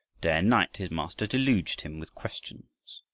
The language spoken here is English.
day and night his master deluged him with questions.